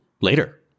later